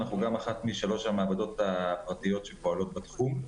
אנחנו אחת משלוש המעבדות הפרטיות שפועלות בתחום.